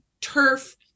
turf